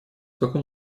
каком